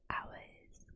Hours